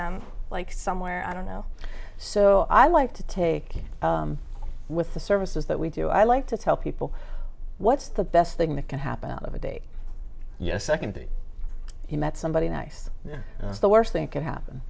them like somewhere i don't know so i like to take with the services that we do i like to tell people what's the best thing that can happen out of a date yes i came to you met somebody nice the worst thing could happen